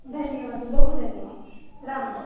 धन्यवादः बहु धन्यवादः राम् राम्